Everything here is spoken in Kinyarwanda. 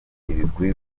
ibigwi